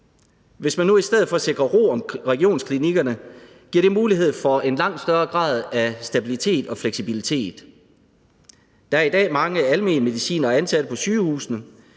Hvis man nu i stedet for sikrer ro om regionsklinikkerne, giver det mulighed for en langt større grad af stabilitet og fleksibilitet. Der er i dag mange almenmedicinere ansat på sygehusene.